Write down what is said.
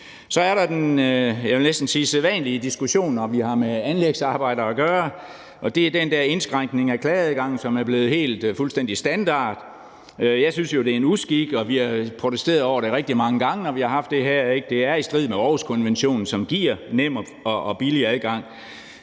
Så er der den, jeg vil næsten sige sædvanlige diskussion, når vi har med anlægsarbejder at gøre, og det er den der indskrænkning af klageadgangen, som er blevet fuldstændig standard. Jeg synes jo, det er en uskik, og vi har protesteret rigtig mange gange over det, når vi har haft det her, for det er i strid med Aarhuskonventionen, som giver nem og billig adgang